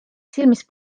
silmis